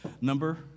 Number